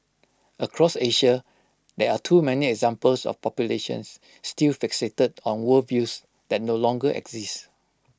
across Asia there are too many examples of populations still fixated on worldviews that no longer exist